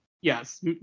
Yes